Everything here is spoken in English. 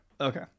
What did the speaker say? Okay